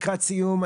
לקראת סיום,